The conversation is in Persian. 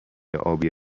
ابی